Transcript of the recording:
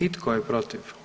I tko je protiv?